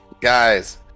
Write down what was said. Guys